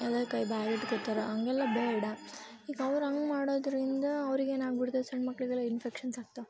ಅದೇ ಕೈ ಬಾಯಿ ಇಟ್ಕೋತಾರೆ ಹಂಗೆಲ್ಲ ಬೇಡ ಈಗ ಅವ್ರು ಹಂಗ್ ಮಾಡೋದರಿಂದ ಅವ್ರಿಗೆ ಏನಾಗ್ಬಿಡ್ತೈತೆ ಸಣ್ಣ ಮಕ್ಕಳಿಗೆಲ್ಲ ಇನ್ಫೆಕ್ಷನ್ಸ್ ಆಗ್ತವೆ